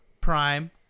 prime